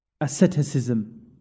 asceticism